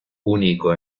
único